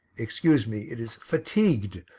excuse me, it is fatigued,